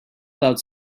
about